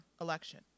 election